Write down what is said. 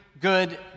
good